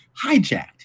hijacked